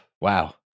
wow